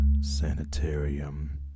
Sanitarium